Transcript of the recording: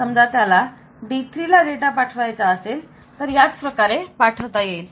समजा त्याला D3 ला डेटा पाठवायचा असेल तर याच प्रकारे पाठवता येईल